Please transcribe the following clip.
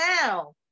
now